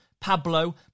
Pablo